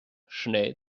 schnell